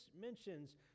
mentions